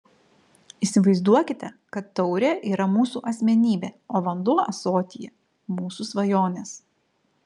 įsivaizduokite kad taurė yra mūsų asmenybė o vanduo ąsotyje mūsų svajonės